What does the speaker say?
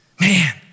man